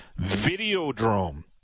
Videodrome